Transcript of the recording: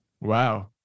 Wow